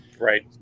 Right